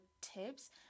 tips